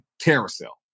carousel